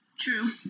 True